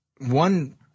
one –